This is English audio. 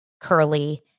curly